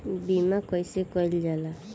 बीमा कइसे कइल जाला?